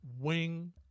wing